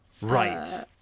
Right